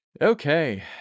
okay